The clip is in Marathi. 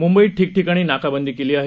मुंबईत ठिकठिकाणी नाकाबंदी केली आहे